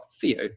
Theo